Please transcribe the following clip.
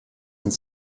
and